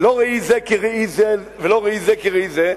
לא ראי זה כראי זה ולא ראי זה כראי זה,